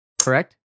correct